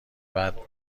بعد